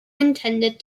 intended